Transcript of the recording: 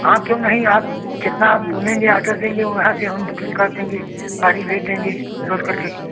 आप क्यों नहीं आप कितना आप बोलेंगे आकर देंगे हम वहाँ से हम बुकिंग कर देंगे सारी दे देंगे जोड़कर के